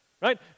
Right